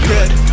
Good